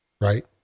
right